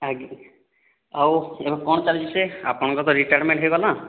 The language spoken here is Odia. ଆଜ୍ଞା ଆଉ କ'ଣ ଚାଲିଛି ଆପଣଙ୍କର ତ ରିଟାର୍ମେଣ୍ଟ ହୋଇଗଲା